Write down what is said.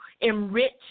enrich